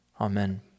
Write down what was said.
Amen